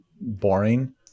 boring